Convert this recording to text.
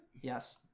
Yes